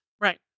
right